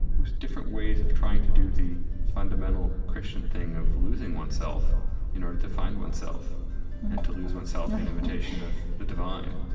was different ways of trying to do the fundamental christian thing of losing oneself in order to find oneself, and to lose oneself in imitation of the divine